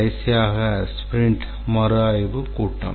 கடைசியாக ஸ்பிரிண்ட் மறுஆய்வுக் கூட்டம்